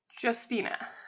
Justina